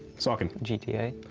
saucon. gta?